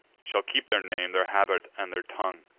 shall keep their name, their habit, and their tongue.